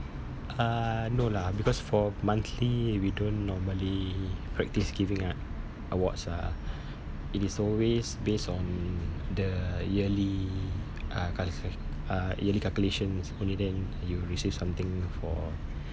uh no lah because for monthly we don't normally practise giving out awards ah it is always based on the yearly uh calca~ uh yearly calculations only then you receive something for